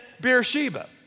Beersheba